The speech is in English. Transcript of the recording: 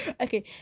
Okay